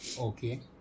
Okay